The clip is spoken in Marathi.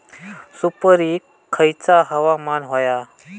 सुपरिक खयचा हवामान होया?